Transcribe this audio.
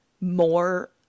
more